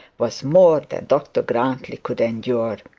was more than dr grantly could endure.